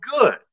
good